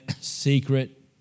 secret